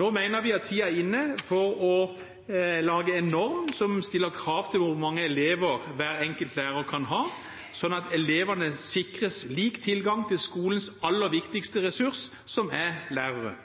Nå mener vi tiden er inne for å lage en norm som stiller krav til hvor mange elever hver enkelt lærer kan ha, slik at elevene sikres lik tilgang til skolens aller viktigste ressurs, som er